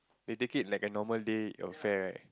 they take it like a normal day of fare right